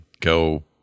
go